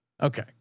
Okay